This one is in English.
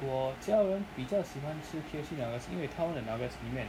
我家人比较喜欢吃 K_F_C nuggets 因为他们的 nuggets 里面